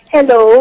Hello